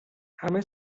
همه